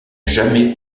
jamais